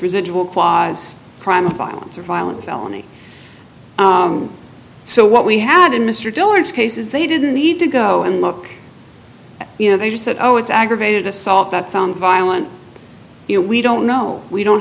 residual clause crime of violence or violent felony so what we had in mr diller's cases they didn't need to go and look you know they just said oh it's aggravated assault that sounds violent you know we don't know we don't